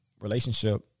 relationship